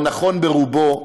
או נכון ברובו,